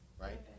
right